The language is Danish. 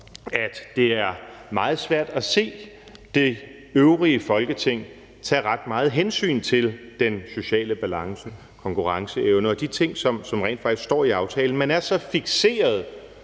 at det er meget svært at se det øvrige Folketing tage ret meget hensyn til den sociale balance, konkurrenceevnen og de ting, som rent faktisk står i aftalen. Man er så fikseret